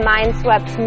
Mindswept